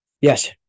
Yes